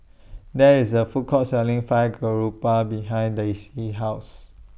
There IS A Food Court Selling Fried Garoupa behind Daisie's House